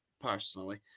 personally